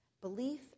Belief